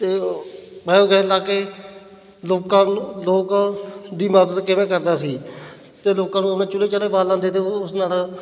ਅਤੇ ਬਾਇਓਗੈਸ ਲਾ ਕੇ ਲੋਕਾਂ ਲੋਕ ਦੀ ਮਦਦ ਕਿਵੇਂ ਕਰਦਾ ਸੀ ਅਤੇ ਲੋਕਾਂ ਨੂੰ ਆਪਣੇ ਚੁੱਲ੍ਹੇ ਚਾਲੇ ਬਾਲ ਲੈਂਦੇ ਤੇ ਉਸ ਨਾਲ